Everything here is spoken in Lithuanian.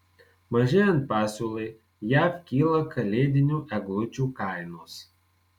mažėjant pasiūlai jav kyla kalėdinių eglučių kainos